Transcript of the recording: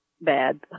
bad